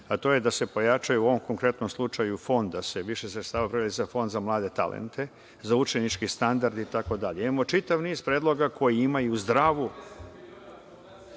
a to je da se pojačaju u ovom konkretnom slučaju da se više sredstava opredeli za Fond za mlade talente, za učenički standard itd. Imamo čitav niz predloga koji imaju zdravu…